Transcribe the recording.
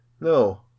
No